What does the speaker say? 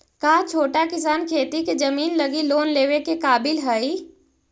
का छोटा किसान खेती के जमीन लगी लोन लेवे के काबिल हई?